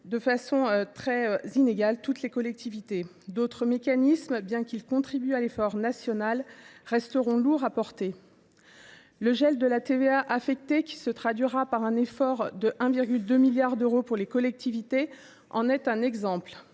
de façon très inégale les collectivités. D’autres mécanismes, bien qu’ils contribuent à l’effort national, resteront lourds à porter. Le gel de la TVA affectée, qui se traduira par un effort de 1,2 milliard d’euros pour les collectivités, en est un exemple.